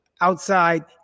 outside